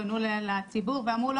שפנו לציבור ואמרו לו,